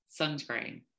sunscreen